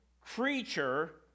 creature